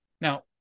Now